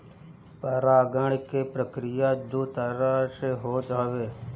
परागण के प्रक्रिया दू तरह से होत हवे